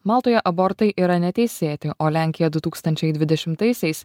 maltoje abortai yra neteisėti o lenkija du tūkstančiai dvidešimtaisiais